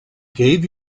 gave